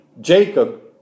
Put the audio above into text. Jacob